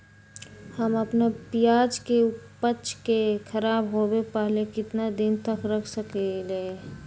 हम अपना प्याज के ऊपज के खराब होबे पहले कितना दिन तक रख सकीं ले?